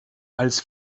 als